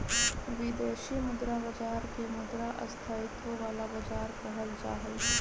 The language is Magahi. विदेशी मुद्रा बाजार के मुद्रा स्थायित्व वाला बाजार कहल जाहई